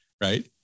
right